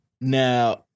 Now